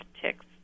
ticks